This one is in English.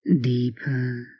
Deeper